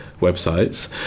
websites